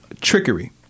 trickery